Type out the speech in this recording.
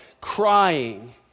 crying